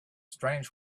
strange